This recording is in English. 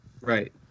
Right